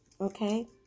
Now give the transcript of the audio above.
Okay